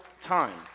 time